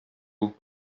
vous